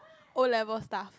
O-level stuff